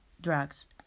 drugs